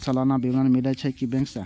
सलाना विवरण मिलै छै बैंक से?